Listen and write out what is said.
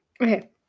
Okay